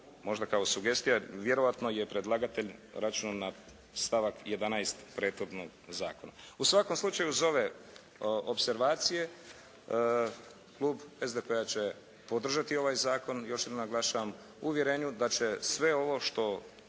možda kao sugestija. Vjerojatno je predlagatelj računao na stavak 11. prethodnog zakona. U svakom slučaju, uz ove opservacije klub SDP-a će podržati ovaj zakon, još jednom naglašavam, u uvjerenju da će sve ovo što